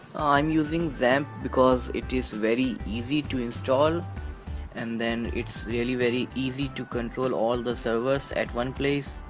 i'm using xampp because it is very easy to install and then it's really very easy to control all the servers at one place.